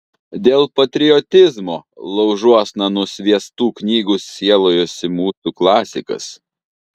dėl patriotizmo laužuosna nusviestų knygų sielojosi mūsų klasikas